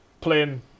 playing